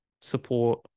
support